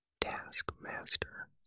Taskmaster